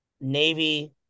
Navy